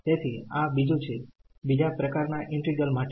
તેથી આ બીજું છે બીજા પ્રકારનાં ઈન્ટિગ્રલમાટે